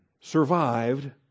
survived